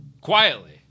Quietly